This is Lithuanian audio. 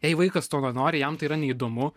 jei vaikas to nenori jam tai yra neįdomu